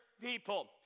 people